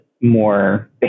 more